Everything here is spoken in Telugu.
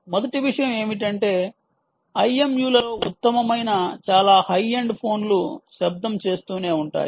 మొదటి విషయం ఏమిటంటే IMU లలో ఉత్తమమైన చాలా హై ఎండ్ ఫోన్లు శబ్దం చేస్తూనే ఉంటాయి